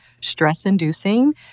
stress-inducing